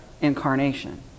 incarnation